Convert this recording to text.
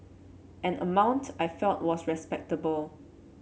an amount I felt was respectable